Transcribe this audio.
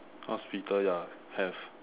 hospital ya have